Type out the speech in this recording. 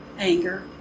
anger